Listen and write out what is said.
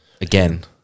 again